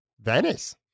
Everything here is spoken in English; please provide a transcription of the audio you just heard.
Venice